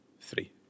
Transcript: three